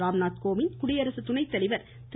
ராம்நாத் கோவிந்த் குடியரசு துணைத்தலைவர் திரு